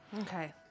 Okay